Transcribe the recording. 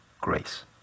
grace